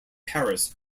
paris